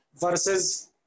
versus